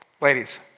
ladies